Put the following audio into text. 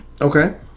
Okay